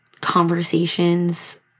conversations